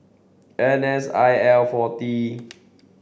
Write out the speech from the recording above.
N S I L forty